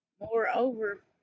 Moreover